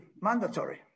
mandatory